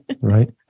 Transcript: Right